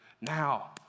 Now